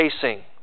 pacing